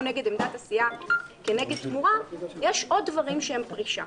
נגד עמדת הסיעה כנגד תמורה יש עוד דברים שהם פרישה.